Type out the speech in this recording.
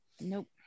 Nope